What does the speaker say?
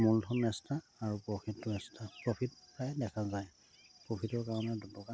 মূলধন এস্কট্ৰা আৰু প্ৰফিটটো এস্কট্ৰা প্ৰফিট প্ৰায় দেখা যায় প্ৰফিটৰ কাৰণে দুটকা